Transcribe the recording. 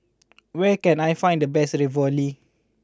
where can I find the best Ravioli